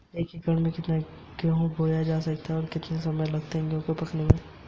भारतीय संविधान के किस संशोधन अधिनियम को लघु संविधान के नाम से जाना जाता है?